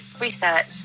research